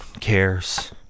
cares